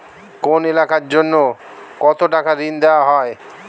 কোন এলাকার জন্য কত টাকা ঋণ দেয়া হয়?